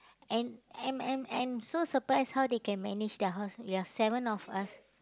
and and and and so surprised how they can manage their house you are seven of us